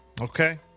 Okay